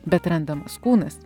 bet randamas kūnas